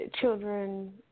Children